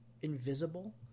invisible